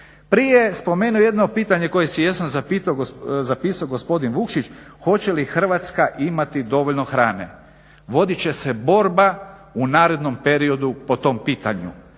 Prije je spomenuo jedno pitanje koje si jesam zapisao gospodin Vukšić, hoće li Hrvatska imati dovoljno hrane. Vodit će se borba u narednom periodu po tom pitanju.